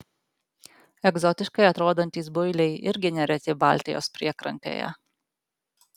egzotiškai atrodantys builiai irgi nereti baltijos priekrantėje